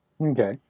Okay